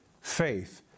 faith